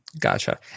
Gotcha